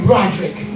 Roderick